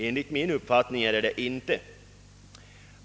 Enligt min uppfattning är det inte det.